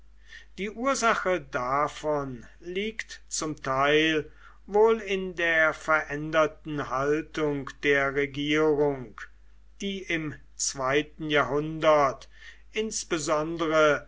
die ursache davon liegt zum teil wohl in der veränderten haltung der regierung die im zweiten jahrhundert insbesondere